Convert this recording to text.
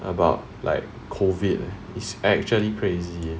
about like COVID it's actually crazy eh